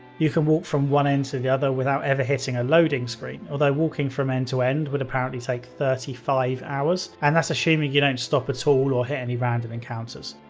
you can walk from one end to the other without ever hitting a loading screen, although walking from end to end would apparently take thirty five hours and that's assuming you don't stop at so all or hit any random encounters.